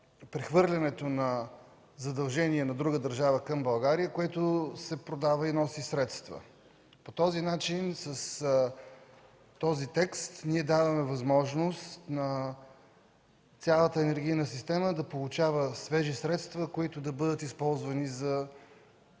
прехвърлянето на задължения на друга държава към България, което се продава и носи средства. По този начин с този текст ние даваме възможност на цялата енергийна система да получава свежи средства, които да бъдат използвани за